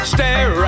Stare